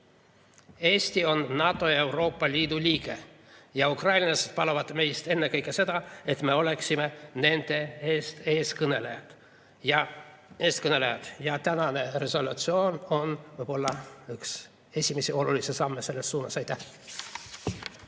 Eesti on NATO ja Euroopa Liidu liige. Ukrainlased paluvad meilt ennekõike seda, et me oleksime nende eestkõnelejad. Ja tänane resolutsioon on võib-olla üks esimesi olulisi samme selles suunas. Aitäh!